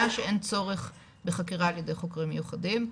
שאין צורך בחקירה על ידי חוקרים מיוחדים,